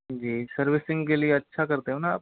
जी servicing के लिए अच्छा करते हो ना आप